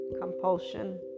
compulsion